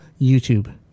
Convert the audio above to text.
YouTube